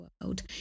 world